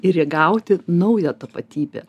ir įgauti naują tapatybę